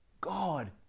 God